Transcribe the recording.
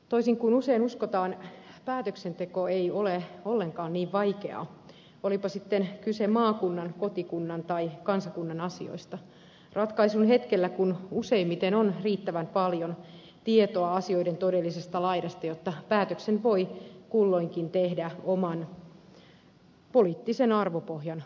toisin kuin usein uskotaan päätöksenteko ei ole ollenkaan niin vaikeaa olipa sitten kyse maakunnan kotikunnan tai kansakunnan asioista ratkaisun hetkellä kun useimmiten on riittävän paljon tietoa asioiden todellisesta laidasta jotta päätöksen voi kulloinkin tehdä oman poliittisen arvopohjan mukaisesti